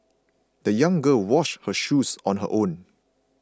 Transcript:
the young girl washed her shoes on her own